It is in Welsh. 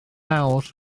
awr